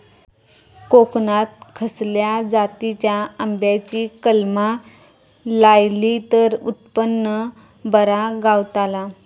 कोकणात खसल्या जातीच्या आंब्याची कलमा लायली तर उत्पन बरा गावताला?